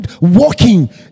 walking